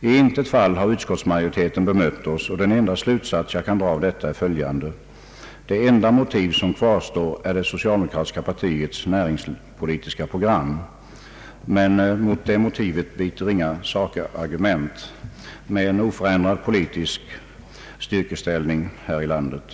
I intet fall har utskotismajoriteten bemött oss, och den enda slutsats jag kan dra av detta är följande. Det enda motiv som kvarstår är det socialdemokratiska partiets näringspolitiska program, men mot det motivet biter inga sakargument, med en oförändrad politisk styrkeställning här i landet.